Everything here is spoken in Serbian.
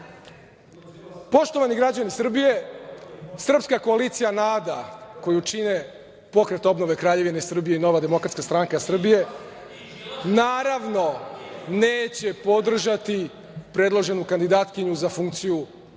GD/MPPoštovani građani Srbije, Srpska koalicija NADA, koju čine Pokret obnove Kraljevine Srbije i Nova demokratska stranka Srbije, naravno, neće podržati predloženu kandidatkinju za funkciju predsednika,